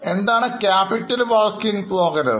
എന്താണ്capital work in progress ആണ്